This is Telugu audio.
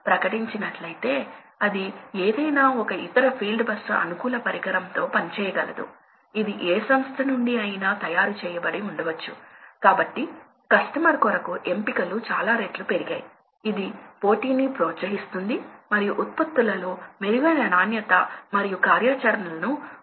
ఇక్కడ మేము తిరిగి వచ్చాముఒక ఆపరేటింగ్ పాయింట్ ఎలా స్థాపించవచ్చో మీరు చూస్తారు మన సర్క్యూట్ల కోర్సులలో ఆపరేటింగ్ పాయింట్లను లెక్కించినప్పుడు లోడ్ లైన్ అని పిలవబడే వాటిని మేము గీసినట్లు గుర్తుంచుకోండి